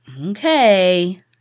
okay